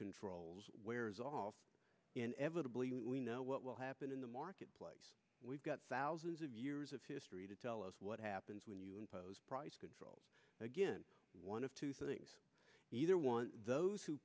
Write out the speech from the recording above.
controls wears off inevitably we know what will happen in the marketplace we've got thousands of years of history to tell us what happens when you impose price controls again one of two things either one those who